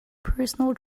personal